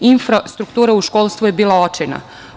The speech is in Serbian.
Infrastruktura u školstvu je bila očajna.